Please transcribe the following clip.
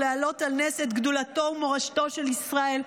ולהעלות על נס את גדולתו ומורשתו של ישראל,